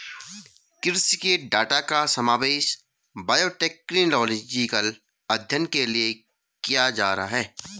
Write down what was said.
कृषि के डाटा का समावेश बायोटेक्नोलॉजिकल अध्ययन के लिए किया जा रहा है